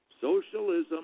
socialism